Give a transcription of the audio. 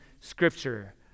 Scripture